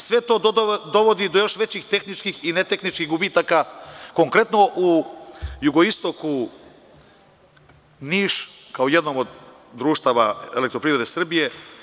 Sve to dovodi do još većih tehničkih i netehničkih gubitaka konkretno u jugoistoku, u Nišu kao jednom od društava EPS-a.